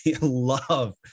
love